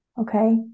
okay